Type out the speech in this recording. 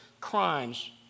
crimes